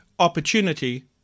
opportunity